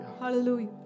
Hallelujah